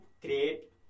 create